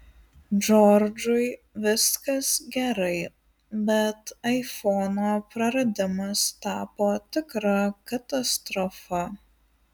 džordžui viskas gerai bet aifono praradimas tapo tikra katastrofa